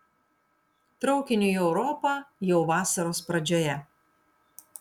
traukiniu į europą jau vasaros pradžioje